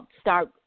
start